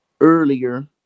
earlier